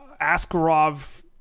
Askarov